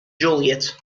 juliet